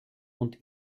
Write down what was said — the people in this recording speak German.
und